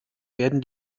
werden